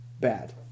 bad